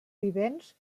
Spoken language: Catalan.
vivents